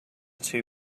two